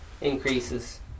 increases